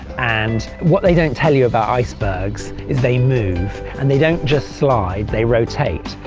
and what they don't tell you about icebergs is they move and they don't just slide, they rotate.